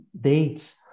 dates